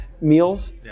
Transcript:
meals